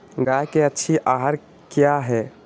गाय के अच्छी आहार किया है?